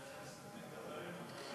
אדוני היושב בראש,